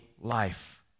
life